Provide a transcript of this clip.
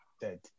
dead